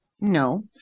No